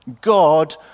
God